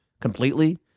completely